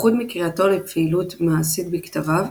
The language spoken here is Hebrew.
לחוד מקריאתו לפעילות מעשית בכתביו,